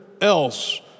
else